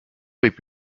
võib